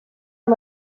amb